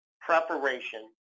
Preparation